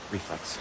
Reflex